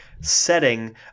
setting